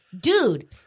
dude